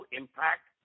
impact